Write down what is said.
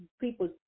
people